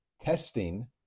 testing